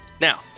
Now